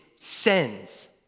Sends